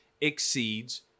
exceeds